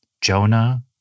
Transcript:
Jonah